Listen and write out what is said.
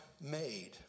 made